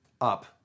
up